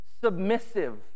submissive